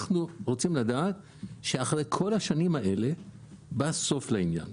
אנחנו רוצים לדעת שאחרי כל השנים האלה בא סוף לעניין.